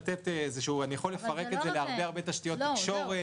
זה בשביל לתת איזשהו --- אני יכול לפרק את זה להרבה תשתיות: תקשורת,